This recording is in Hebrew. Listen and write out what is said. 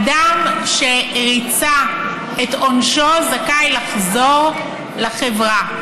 אדם שריצה את עונשו זכאי לחזור לחברה.